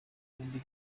yombi